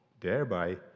thereby